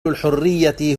الحرية